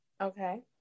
Okay